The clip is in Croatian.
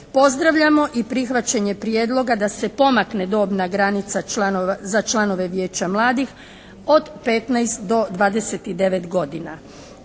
Pozdravljamo i prihvaćanje prijedloga da se pomakne dobna granica za članove Vijeća mladih od 15 do 29 godina.